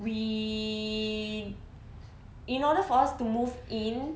we in order for us to move in